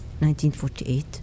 1948